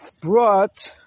brought